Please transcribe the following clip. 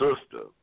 sister